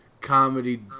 comedy